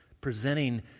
presenting